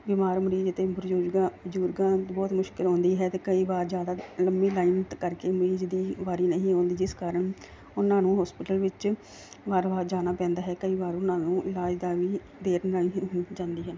ਬਿਮਾਰ ਮਰੀਜ਼ ਅਤੇ ਪ੍ਰਜੁਗਾਂ ਬਜ਼ਰਗਾਂ ਨੂੰ ਬਹੁਤ ਮੁਸ਼ਕਿਲ ਆਉਂਦੀ ਹੈ ਅਤੇ ਕਈ ਵਾਰ ਜ਼ਿਆਦਾ ਲੰਮੀ ਲਾਈਨ ਕਰਕੇ ਮਰੀਜ਼ ਦੀ ਵਾਰੀ ਨਹੀਂ ਆਉਂਦੀ ਜਿਸ ਕਾਰਨ ਉਹਨਾਂ ਨੂੰ ਹੋਸਪਿਟਲ ਵਿੱਚ ਵਾਰ ਵਾਰ ਜਾਣਾ ਪੈਂਦਾ ਹੈ ਕਈ ਵਾਰ ਉਹਨਾਂ ਨੂੰ ਇਲਾਜ ਦਾ ਵੀ ਦੇਰ ਨਾਲ ਜਾਂਦੀ ਹੈ